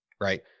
right